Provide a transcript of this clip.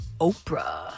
Oprah